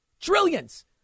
trillions